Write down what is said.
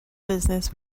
business